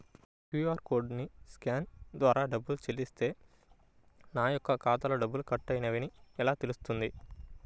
QR కోడ్ని scan ద్వారా డబ్బులు చెల్లిస్తే నా యొక్క ఖాతాలో డబ్బులు కట్ అయినవి అని నాకు ఎలా తెలుస్తుంది?